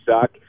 suck